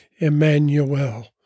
Emmanuel